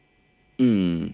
hmm